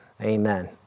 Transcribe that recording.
Amen